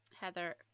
Heather